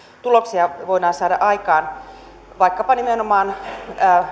tuloksia voidaan saada aikaan vaikkapa nimenomaan